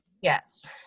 Yes